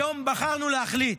היום בחרנו להחליט,